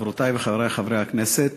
חברותי וחברי חברי הכנסת,